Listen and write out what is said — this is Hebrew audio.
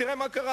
תראה מה קרה.